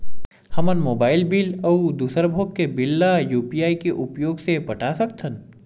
हमन mobile bill अउ दूसर भोग के बिल ला यू.पी.आई के उपयोग से पटा सकथन